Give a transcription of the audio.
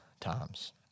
times